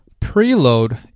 Preload